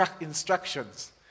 instructions